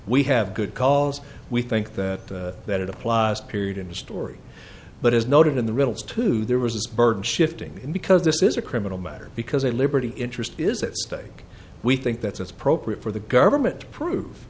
we have good cause we think that that applies period in the story but as noted in the riddle's too there was this burden shifting because this is a criminal matter because a liberty interest is at stake we think that it's appropriate for the government to prove